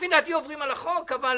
לפי דעתי עוברים על החוק, אבל